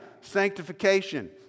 Sanctification